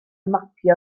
mapio